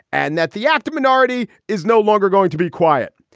and that the active minority is no longer going to be quiet.